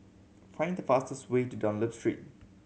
find the fastest way to Dunlop Street